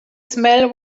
smell